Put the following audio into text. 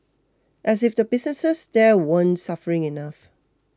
as if the businesses there weren't suffering enough